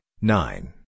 nine